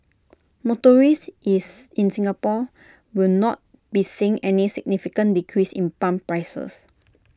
motorists is in Singapore will not be seeing any significant decrease in pump prices